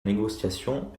négociation